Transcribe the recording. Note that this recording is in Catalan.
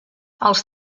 als